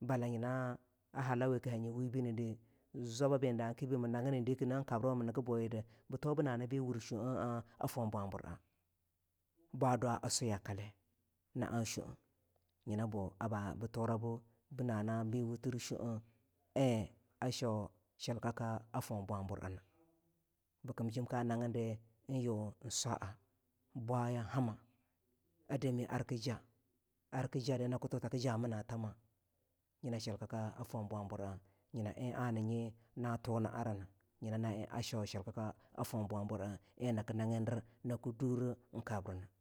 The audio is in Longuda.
bala na nyina a halawe ka hanyi webi nidi zwababin danken mi nagini dinkidemi nigi buyida bi tuwa bu nana bi wurshohah foh bwabur a ba dwa sue yakale naa shohah nyina bu abu turabu nana bi wutur shohah en a shwo shilkaka a foh bwabur ena bikim bwaya hama a dami arki ja ar ki jadi naki tuta ki jamina tama nyina en ana nyi na thunah na a rina nyina na ena shwo shilkaka a foh bwabur a en naki nagidir naki duruh kabrina